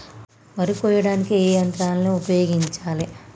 వరి కొయ్యడానికి ఏ యంత్రాన్ని ఉపయోగించాలే?